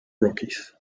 rockies